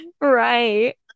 Right